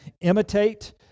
imitate